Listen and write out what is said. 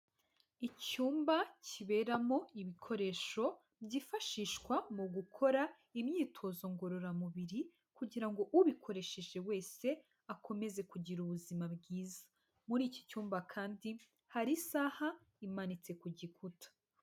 Icyumba kiberamo ibikoresho byifashishwa mu gukora imyitozo ngororamubiri kugira ngo ubikoresheje wese akomeze kugira ubuzima bwiza. Muri iki cyumba kandi hari isaha imanitse ku gikuta.